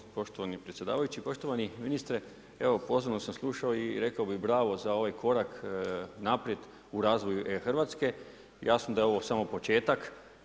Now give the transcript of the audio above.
Hvala poštovani predsjedavajući, poštovani ministre, pozorno sam slušao i rekao bi bravo za ovaj korak naprijed u razvoju e-Hrvatske, jasno da je ovo samo početak.